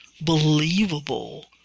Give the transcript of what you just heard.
believable